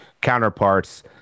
counterparts